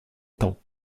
temps